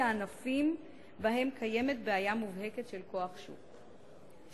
הענפים בהם קיימת בעיה מובהקת של כוח שוק,